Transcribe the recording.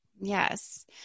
Yes